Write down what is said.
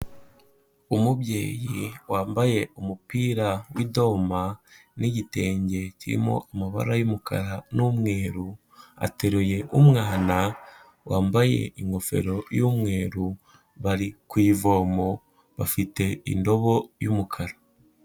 Umubyeyi wambaye umupira w'idoma n'igitenge kirimo amabara y'umukara n'umweru, ateruye umwana wambaye ingofero y'umweru, bari ku ivomo bafite indobo y'umukara.